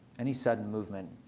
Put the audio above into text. any sudden movement,